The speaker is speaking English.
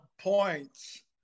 points